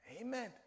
Amen